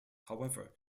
however